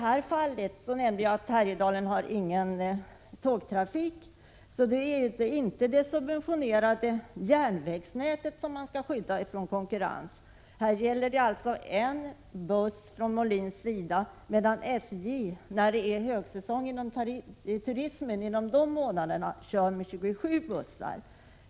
Härjedalen har, som jag nämnde, ingen tågtrafik. Det är alltså inte det subventionerade järnvägsnätet som skall skyddas från konkurrens. Här gäller det en enda buss från Mohlins, medan SJ under de månader då det är högsäsong för turismen kör med 27 bussar.